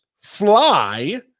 fly